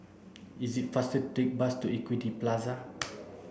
it's faster take the bus to Equity Plaza